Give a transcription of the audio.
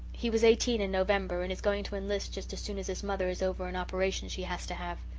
he was eighteen in november and is going to enlist just as soon as his mother is over an operation she has to have.